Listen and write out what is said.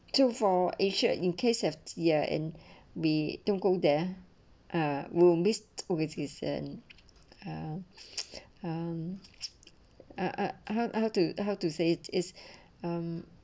two for asia in case of ya and be don't go there ah will miss overseas and uh um um how how to how to say it is um